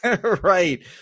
right